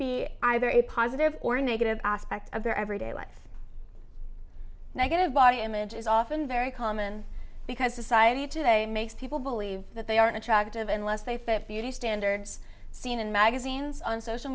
be either a positive or negative aspect of their everyday life negative body image is often very common because society today makes people believe that they are an attractive unless they fit beauty standards seen in magazines on social